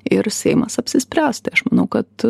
ir seimas apsispręs tai aš manau kad